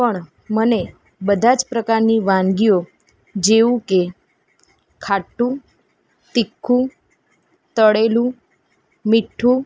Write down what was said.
પણ મને બધાં જ પ્રકારની વાનગીઓ જેવું કે ખાટું તીખું તળેલું મીઠું